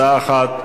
הצעה אחת,